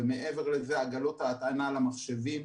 ומעבר לזה, עגלות הטענה למחשבים,